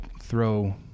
throw